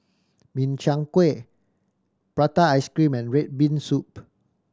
Min Chiang Kueh prata ice cream and red bean soup